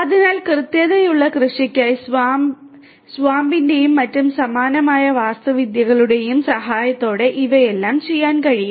അതിനാൽ കൃത്യതയുള്ള കൃഷിക്കായി SWAMP യുടെയും സമാനമായ മറ്റ് വാസ്തുവിദ്യകളുടെയും സഹായത്തോടെ ഇവയെല്ലാം ചെയ്യാൻ കഴിയും